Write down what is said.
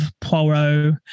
poirot